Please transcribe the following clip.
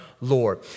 Lord